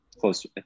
close